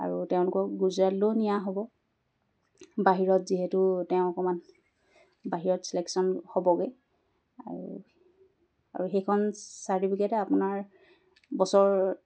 আৰু তেওঁলোকক গুজৰাটলৈ নিয়া হ'ব বাহিৰত যিহেতু তেওঁ অকণমান বাহিৰত ছিলেকশ্যন হ'বগৈ আৰু আৰু সেইখন চাৰ্টিফিকেটে আপোনাৰ বছৰ